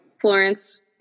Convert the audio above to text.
Florence